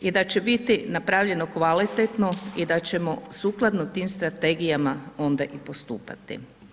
I da će biti napravljeno kvalitetno i da ćemo sukladno tim strategijama onda i postupati.